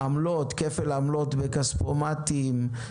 כפל עמלות בכספומטים,